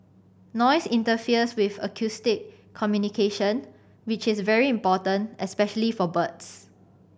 noise interferes with acoustic communication which is very important especially for birds